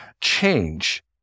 change